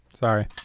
Sorry